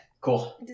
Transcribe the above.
Cool